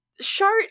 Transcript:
Shart